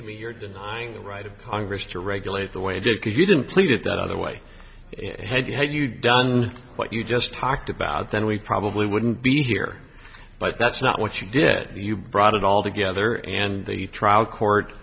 to me you're denying the right of congress to regulate the way i did because you didn't plead the other way had you had you done what you just talked about then we probably wouldn't be here but that's not what you did you brought it all together and the trial court